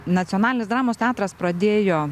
nacionalinis dramos teatras pradėjo